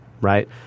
right